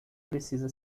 precisa